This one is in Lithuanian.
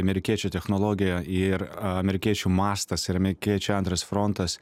amerikiečių technologija ir amerikiečių mastas ir amerikiečių antras frontas